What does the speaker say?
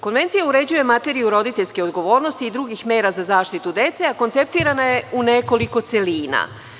Konvencija uređuje materiju roditeljske odgovornosti i drugih mera za zaštitu dece, a konceptirana je u nekoliko celina.